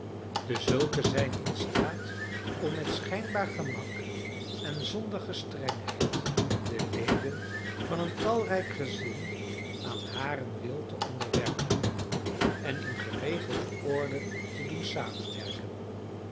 dezulken zijn in staat om met schijnbaar gemak en zonder gestrengheid de leden van een talrijk gezin aan haren wil te onderwerpen en in geregelde orde te doen